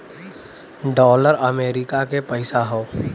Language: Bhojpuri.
डॉलर अमरीका के पइसा हौ